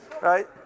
right